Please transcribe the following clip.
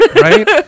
Right